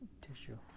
Tissue